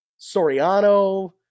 Soriano